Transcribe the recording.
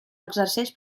exerceix